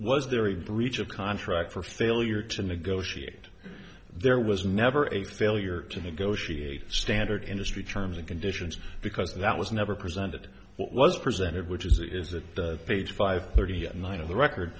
a breach of contract for failure to negotiate there was never a failure to negotiate standard industry terms and conditions because that was never presented what was presented which is it is that page five thirty at night of the record